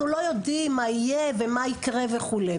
אנחנו לא יודעים מה יהיה ומה יקרה וכולי.